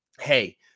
hey